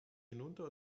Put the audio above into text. hinunter